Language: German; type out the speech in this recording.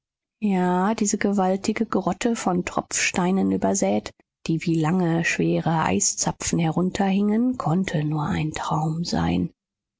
ja diese gewaltige grotte von tropfsteinen übersäet die wie lange schwere eiszapfen herunterhingen konnte nur ein traum sein